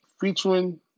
featuring